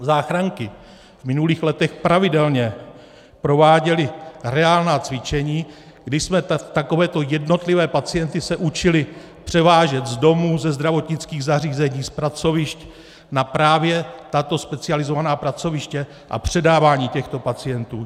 Záchranky v minulých letech pravidelně prováděly reálná cvičení, kdy jsme se učili takovéto jednotlivé pacienty převážet z domů, ze zdravotnických zařízení, z pracovišť na právě tato specializovaná pracoviště, a předávání těchto pacientů.